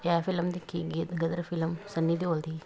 ਇਹ ਫਿਲਮ ਦੇਖੀ ਗੀ ਗਦਰ ਫਿਲਮ ਸਨੀ ਦਿਓਲ ਦੀ